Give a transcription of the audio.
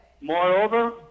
Moreover